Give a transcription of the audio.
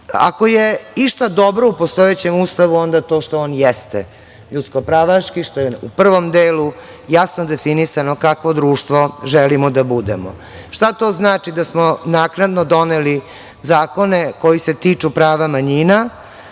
je išta dobro o postojećem Ustavu onda je to što on jeste ljudsko pravaški, što je u prvom delu jasno definisano kakvo društvo želimo da budemo. Šta to znači da smo naknadno doneli zakone koji se tiču prava manjina?